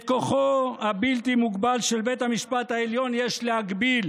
את כוחו הבלתי-מוגבל של בית המשפט העליון יש להגביל